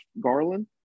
Garland